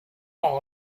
fall